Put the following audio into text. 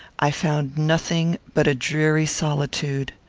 i found nothing but a dreary solitude.